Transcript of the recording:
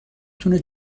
تونه